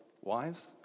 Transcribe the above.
wives